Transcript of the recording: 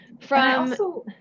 From-